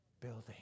Building